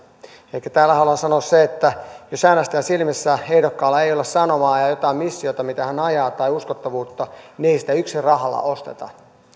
elikkä tällä haluan sanoa sen että jos äänestäjän silmissä ehdokkaalla ei ole sanomaa ja jotain missiota mitä hän ajaa tai uskottavuutta niin ei sitä yksin rahalla osteta